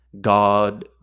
God